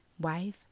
wife